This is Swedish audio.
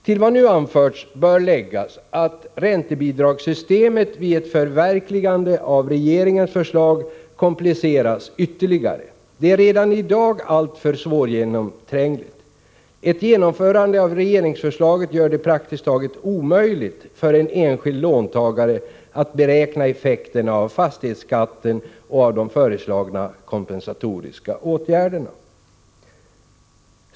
——— Till vad nu anförts bör läggas att räntebidragssystemet vid ett förverkligande av regeringens förslag kompliceras ytterligare. Det är redan i dag alltför svårgenomträngligt. Ett genomförande av regeringsförslaget ——— gör det praktiskt taget omöjligt för en enskild låntagare att beräkna effekterna av fastighetsskatten och av kompensationen.